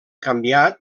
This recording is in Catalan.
canviat